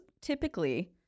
typically